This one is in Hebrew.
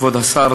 כבוד השר,